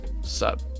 sup